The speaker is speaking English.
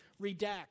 redact